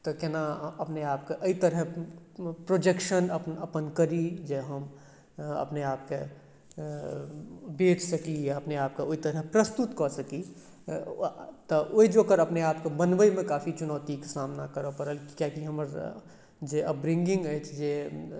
तऽ केना अपने आपके अइ तरह प्रोजेक्शन अपन अपन करी जे हम अपने आपके बेच सकी अपने आपके ओइ तरहे प्रस्तुत कऽ सकी तऽ ओइ जोगर अपने आपके बनबैमे काफी चुनौतीके सामना करै पड़ल किएक कि हमर जे अपब्रिंगिंग अछि जे